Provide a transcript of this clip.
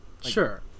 Sure